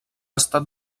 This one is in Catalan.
estat